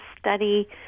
study